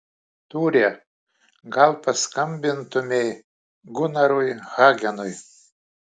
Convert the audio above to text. tūre gal paskambintumei gunarui hagenui